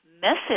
message